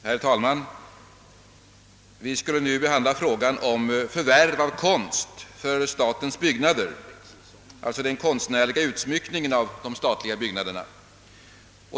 Herr talman! Vi skall nu behandla frågan om förvärv av konst för statens byggnader, alltså frågan om den konstnärliga utsmyckningen av de statliga byggnaderna.